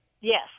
Yes